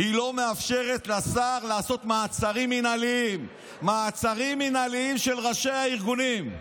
היא לא מאפשרת לשר לעשות מעצרים מינהליים של ראשי הארגונים.